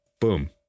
boom